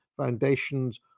foundations